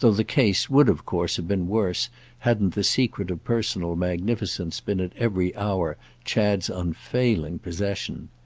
though the case would of course have been worse hadn't the secret of personal magnificence been at every hour chad's unfailing possession.